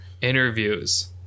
interviews